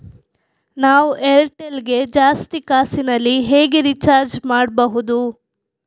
ನಾವು ಏರ್ಟೆಲ್ ಗೆ ಜಾಸ್ತಿ ಕಾಸಿನಲಿ ಹೇಗೆ ರಿಚಾರ್ಜ್ ಮಾಡ್ಬಾಹುದು?